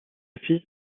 fils